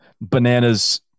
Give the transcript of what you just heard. bananas